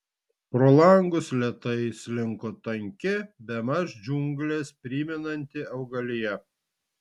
pro langus lėtai slinko tanki bemaž džiungles primenanti augalija